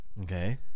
Okay